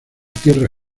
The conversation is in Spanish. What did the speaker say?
tierra